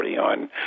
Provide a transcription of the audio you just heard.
on